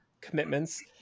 commitments